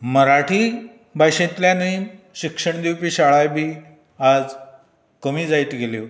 मराठी भाशेंतल्यानय शिक्षण दिवपी शाळाय बी आज कमी जायत गेल्यो